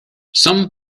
some